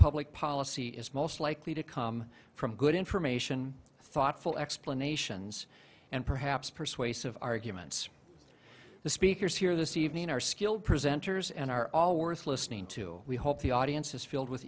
public policy is most likely to come from good information thoughtful explanations and perhaps persuasive arguments the speakers here this evening are skilled presenters and are all worth listening to we hope the audience is filled with